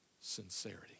sincerity